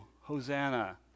Hosanna